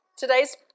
Today's